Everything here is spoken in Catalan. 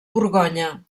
borgonya